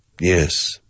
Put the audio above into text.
Yes